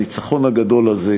הניצחון הגדול הזה,